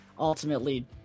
Ultimately